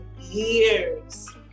years